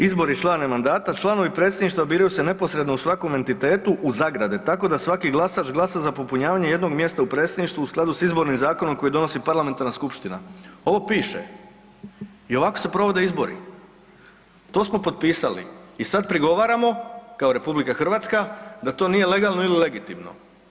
Izbor i trajanje mandata, članovi predsjedništva biraju se neposredno u svakom entitetu u zagrade tako da svaki glasač glasa za popunjavanje jednog mjesta u predsjedništvu u skladu s izbornim zakonom koji donosi parlamentarna skupština.“ Ovo piše i ovako se provode izbori, to smo potpisali i sad prigovaramo kao RH da to nije legalno ili legitimno.